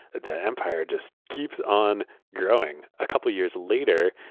the empire just keeps on growing. a couple of years later,